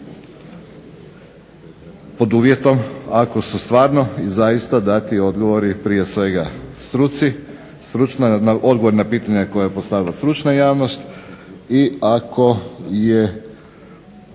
pod uvjetom ako su stvarno i zaista dati odgovori prije svega struci, odgovor na pitanja koja je postavila stručna javnost i ako je